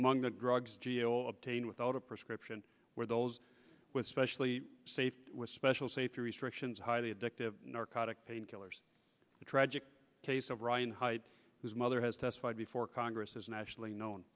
mung the drugs geo obtained without a prescription were those with specially safe with special safety restrictions highly addictive narcotic painkillers the tragic case of ryan white whose mother has testified before congress is nationally known